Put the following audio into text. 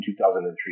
2003